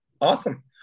Awesome